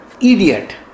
idiot